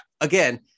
again